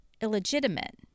illegitimate